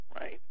Right